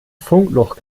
funkloch